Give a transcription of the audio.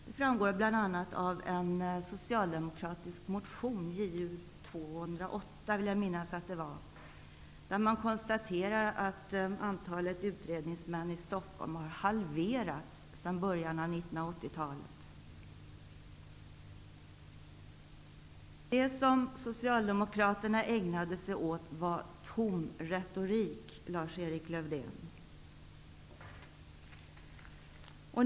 Det framgår bl.a. av en socialdemokratisk motion -- jag vill minnas att det var Ju208 --, där man konstaterar att antalet utredningsmän i Stockholm hade halverats sedan början av 1980-talet. Socialdemokraterna ägnade sig åt tom retorik, Lars-Erik Lövdén.